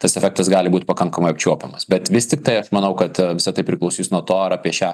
tas efektas gali būt pakankamai apčiuopiamas bet vis tiktai aš manau kad visa tai priklausys nuo to ar apie šią